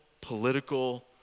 political